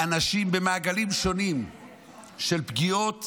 אנשים במעגלים שונים של פגיעות